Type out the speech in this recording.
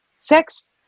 sex